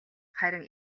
харин